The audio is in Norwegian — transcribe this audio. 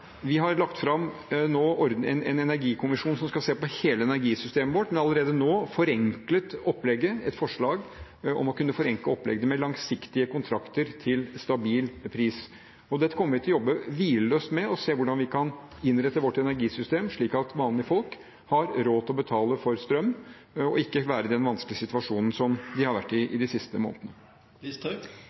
Vi har lagt fram en energikommisjon som skal se på hele energisystemet vårt, men vi har allerede nå forenklet opplegget, et forslag om å kunne forenkle opplegget, med langsiktige kontrakter til stabil pris. Dette kommer vi til å jobbe hvileløst med og se på hvordan vi kan innrette vårt energisystem slik at vanlige folk har råd til å betale for strøm og ikke være i den vanskelige situasjonen som de har vært i i de siste månedene.